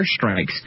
airstrikes